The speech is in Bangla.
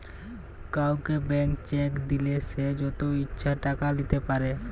কাউকে ব্ল্যান্ক চেক দিলে সে যত ইচ্ছা টাকা লিতে পারে